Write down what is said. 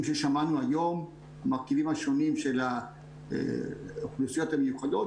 השונים ששמענו היום של האוכלוסיות המיוחדות,